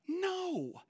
No